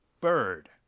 bird